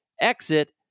exit